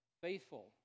faithful